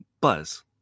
buzz